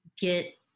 get